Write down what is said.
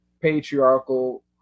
patriarchal